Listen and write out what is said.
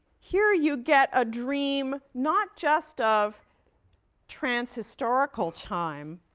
here you get a dream, not just of trans-historical time,